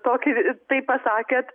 tokį taip pasakėt